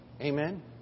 Amen